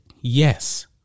yes